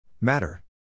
Matter